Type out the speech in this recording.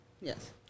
Yes